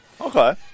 Okay